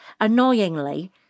Annoyingly